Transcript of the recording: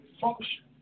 function